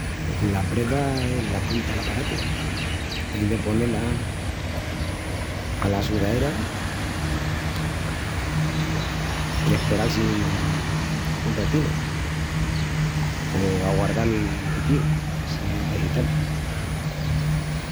La breva es la punta l’aparatu. Ai de poné-la ala sudaera i asperal-si un ratinu o aguardal l’apitíu si es degital.